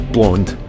Blonde